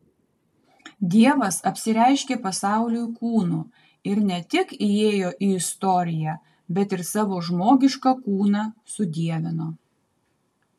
dievas apsireiškė pasauliui kūnu ir ne tik įėjo į istoriją bet ir savo žmogišką kūną sudievino